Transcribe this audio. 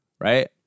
right